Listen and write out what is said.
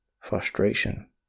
frustration